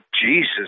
Jesus